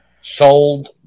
sold